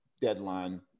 deadline